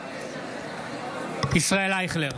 בעד ישראל אייכלר,